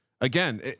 again